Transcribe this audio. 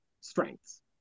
strengths